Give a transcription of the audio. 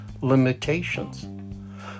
limitations